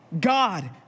God